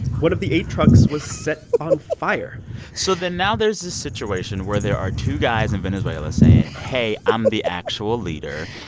one of the eight trucks was set on fire so then, now there's this situation where there are two guys in venezuela saying, hey, i'm the actual leader.